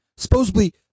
supposedly